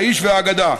האיש והאגדה,